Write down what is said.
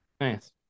Nice